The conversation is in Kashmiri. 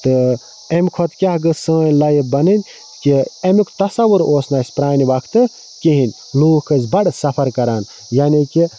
تہٕ امہِ کھۄتہٕ کیاہ گٔژھ سٲنٛۍ لایِف بَنٕنۍ کہِ امیُک تَصَوُر اوس نہٕ اَسہِ پرانہِ وقتہٕ کِہیٖنۍ لوٗکھ ٲسۍ بَڑٕ سَفَر کَران یعنے کہِ